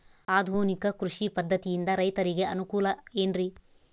ಆಧುನಿಕ ಕೃಷಿ ಪದ್ಧತಿಯಿಂದ ರೈತರಿಗೆ ಅನುಕೂಲ ಏನ್ರಿ?